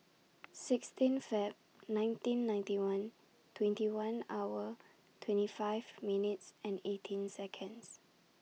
sixteen Feb nineteen ninety one twenty one hour twenty five minutes and eighteen Seconds